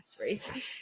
race